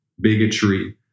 bigotry